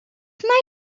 mae